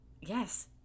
Yes